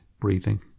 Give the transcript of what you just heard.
breathing